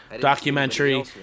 documentary